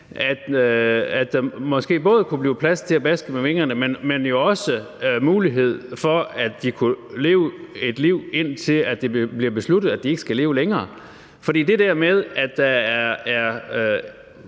at der måske både kan blive plads til at baske med vingerne, men jo også mulighed for at kunne leve et liv, indtil det bliver besluttet, at de ikke skal leve længere. For blandt skrabehønsene er